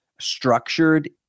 structured